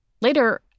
Later